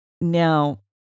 Now